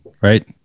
right